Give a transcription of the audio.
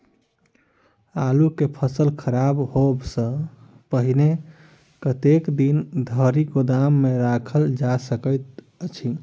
आलु केँ फसल खराब होब सऽ पहिने कतेक दिन धरि गोदाम मे राखल जा सकैत अछि?